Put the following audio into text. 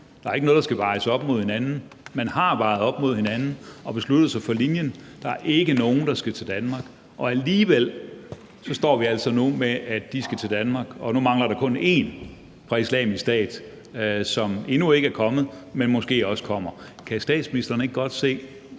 Der er ikke noget, der skal vejes op mod hinanden, for man har vejet det op mod hinanden og besluttet sig for linjen, altså at der ikke er nogen, der skal til Danmark, og alligevel står vi nu her med, at de skal til Danmark, og nu mangler der kun én fra Islamisk Stat, som endnu ikke er kommet, men som måske også kommer. Kan statsministeren ikke godt se,